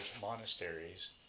monasteries